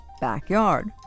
backyard